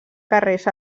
carrers